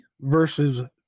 versus